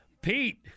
Pete